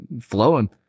flowing